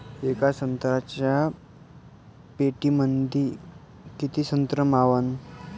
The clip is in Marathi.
येका संत्र्याच्या पेटीमंदी किती संत्र मावन?